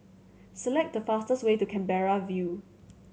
select the fastest way to Canberra View